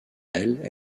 elles